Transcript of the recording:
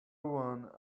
one